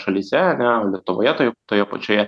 šalyse ane lietuvoje toje toje pačioje